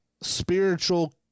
spiritual